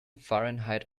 fahrenheit